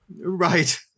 Right